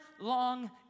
long